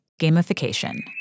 gamification